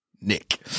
Nick